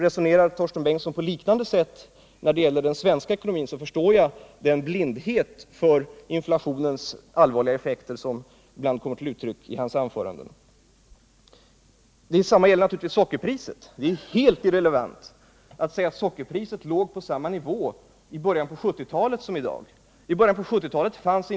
Resonerar Torsten Bengtson på liknande sätt när det gäller den svenska ekonomin, så förstår jag den blindhet för inflationens allvarliga effekter som ibland kommer till uttryck i hans anföranden. Detsamma gäller naturligtvis sockerpriset. Det är ju helt irrelevant att sockerpriset låg på samma nivå i början av 1970-talet som i dag.